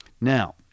Now